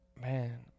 man